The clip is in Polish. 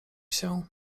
się